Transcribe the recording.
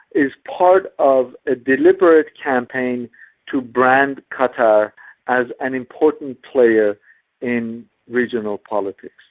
is part of a deliberate campaign to brand qatar as an important player in regional politics.